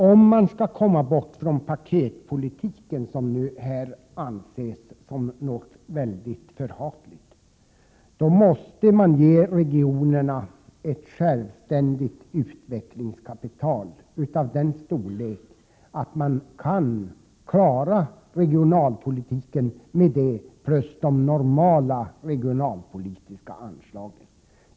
Om man skall komma bort från paketpolitiken, som här framställs som något mycket förhatligt, måste man ge regionerna ett självständigt utvecklingskapital av sådan storlek att de kan klara regionalpolitiken med det jämte de normala regionalpolitiska anslagen.